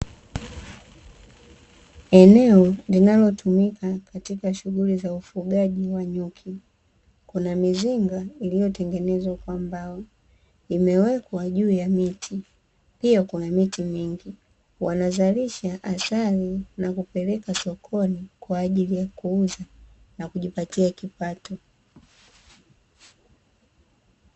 Eneo linalotumika katika shughuli za ufugaji wa nyuki kuna mizinga iliyotengenezwa kwa mbao imewekwa juu ya miti, pia kuna miti mingi. Wanazalisha asali na kupeleka sokoni kwa ajili ya kuuza na kujipatia kipato.